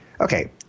okay